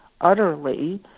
utterly